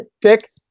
Pick